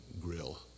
grill